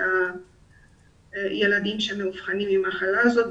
בקרב ילדים שמאובחנים במחלה הזו